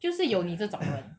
就是有你这种人